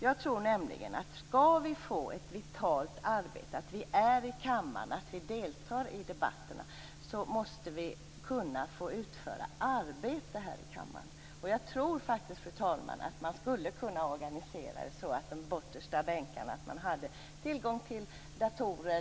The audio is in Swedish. Jag tror nämligen att om vi skall få ett vitalt arbete - att vi är i kammaren och deltar i debatterna - måste vi kunna få utföra arbete här i kammaren. Jag tror faktiskt, fru talman, att man skulle kunna organisera det hela så att man på de bortersta bänkarna hade tillgång till datorer.